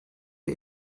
der